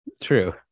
True